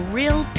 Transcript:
real